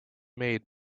made